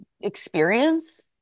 experience